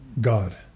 God